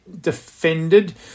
defended